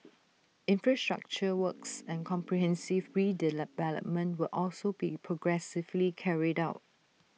infrastructure works and comprehensive redevelopment will also be progressively carried out